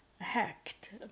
hacked